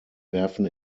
werfen